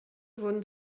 wurden